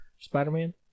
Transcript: Spider-Man